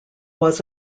was